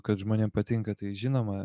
kad žmonėm patinka tai žinoma